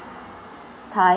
time